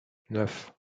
neuf